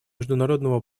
международного